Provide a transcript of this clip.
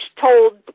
told